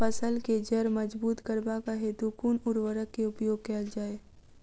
फसल केँ जड़ मजबूत करबाक हेतु कुन उर्वरक केँ प्रयोग कैल जाय?